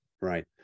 Right